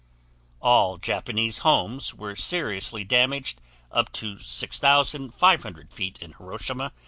all japanese homes were seriously damaged up to six thousand five hundred feet in hiroshima,